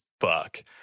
fuck